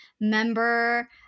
member